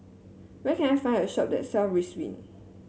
where can I find a shop that sell Ridwind